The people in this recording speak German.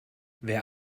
wer